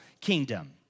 kingdom